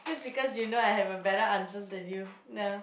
just because you know I have a better answers than you nah